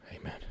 Amen